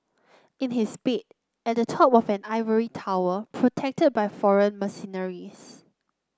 in his bed at the top of an ivory tower protected by foreign mercenaries